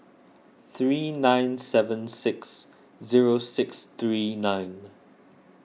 three nine seven six zero six three nine